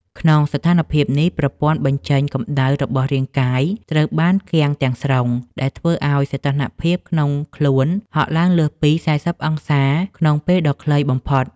ក្នុងស្ថានភាពនេះ ប្រព័ន្ធបញ្ចេញកម្ដៅរបស់រាងកាយត្រូវបានគាំងទាំងស្រុង ដែលធ្វើឱ្យសីតុណ្ហភាពក្នុងខ្លួនហក់ឡើងលើសពី ៤០ អង្សាសេ ក្នុងពេលដ៏ខ្លីបំផុត។